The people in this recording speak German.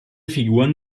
figuren